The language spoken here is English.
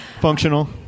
functional